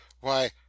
why